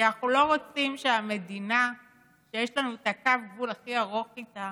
כי אנחנו לא רוצים שהמדינה שיש לנו את קו הגבול הכי ארוך איתה